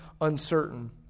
uncertain